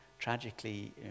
Tragically